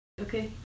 okay